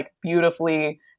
beautifully